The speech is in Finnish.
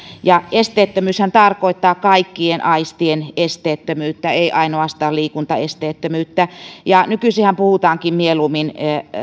esteettömyyshän tarkoittaa kaikkien aistien esteettömyyttä ei ainoastaan liikuntaesteettömyyttä ja nykyisinhän puhutaankin mieluummin